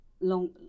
long